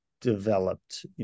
developed